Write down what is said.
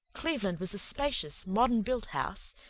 cleveland was a spacious, modern-built house,